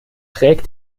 trägt